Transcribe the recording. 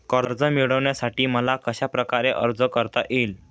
कर्ज मिळविण्यासाठी मला कशाप्रकारे अर्ज करता येईल?